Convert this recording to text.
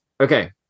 Okay